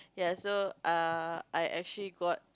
ya so err I actually got